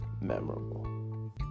memorable